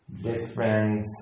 different